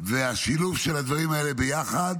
והשילוב של הדברים האלה ביחד